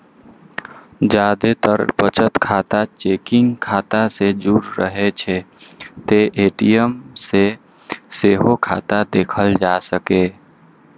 जादेतर बचत खाता चेकिंग खाता सं जुड़ रहै छै, तें ए.टी.एम सं सेहो खाता देखल जा सकैए